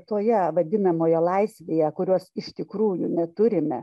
toje vadinamoje laisvėje kurios iš tikrųjų neturime